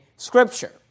scripture